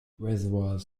reservoirs